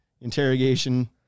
interrogation